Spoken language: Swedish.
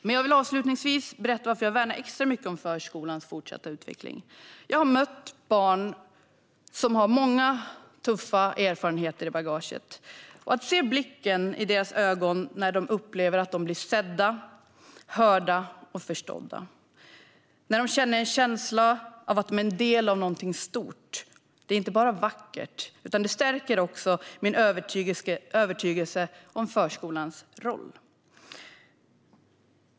Men avslutningsvis vill jag berätta varför jag värnar extra mycket om förskolans fortsatta utveckling. Jag har mött barn som har många tuffa erfarenheter i bagaget, och jag har sett blicken i deras ögon när de upplever att de blir sedda, hörda och förstådda. När de känner sig som en del av något stort, det är inte bara vackert utan det stärker också min övertygelse om förskolans roll.